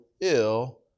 ill